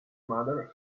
mother